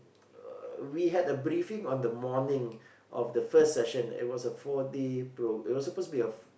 uh we had a briefing on the morning of the first session it was a four day pro~ it was supposed to be a